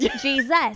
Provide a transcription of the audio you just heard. jesus